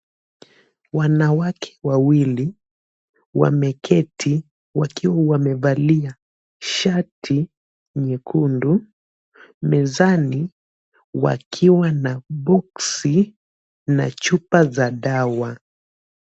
Wanawake wawili wameketi wakiwa wamevalia shati nyekundu mezani, wakiwa na boksi na chupa za dawa.